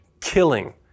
killing